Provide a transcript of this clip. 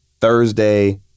Thursday